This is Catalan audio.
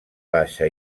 baixa